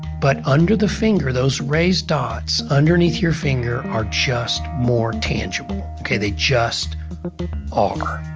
but under the finger, those raised dots underneath your finger are just more tangible. okay, they just are